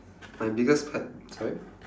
my biggest pet sorry